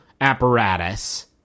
apparatus